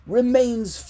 remains